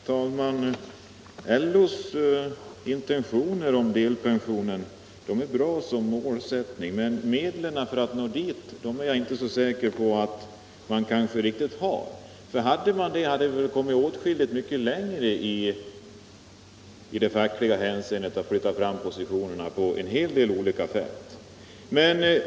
Herr talman! LO:s intentioner angående delpensionen är bra som målsättning, men jag är inte säker på att man har medlen för att nå dit. Hade man dem, skulle man väl kommit åtskilligt längre i fackligt hänseende och kunnat flytta fram sina positioner på en hel del olika sätt.